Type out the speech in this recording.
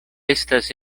estas